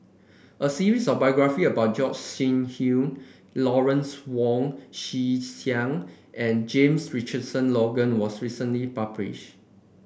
a series of biographies about Gog Sing Hooi Lawrence Wong Shyun Tsai and James Richardson Logan was recently published